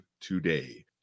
today